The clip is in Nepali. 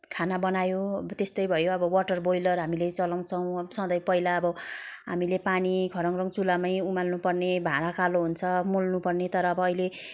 खाना बनायो त्यस्तै भयो अब वाटर बोयलर हामीले चलाउँछौँ अब सधैँ पहिला अब हामीले पानी खरङरङ चुलामै उमाल्नुपर्ने भाँडा कालो हुन्छ मोल्नुपर्ने तर अब अहिले